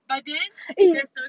but then there's a